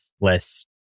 less